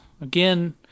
Again